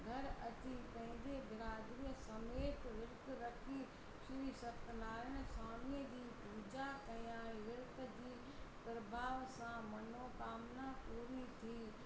घरु अची पंहिंजे ब्रादरीअ समेत वृत रखी श्री सत्यनारायण स्वामीअ जी पूजा कयाईं वृत जी प्रभाव सां मनोकामना पूरी थी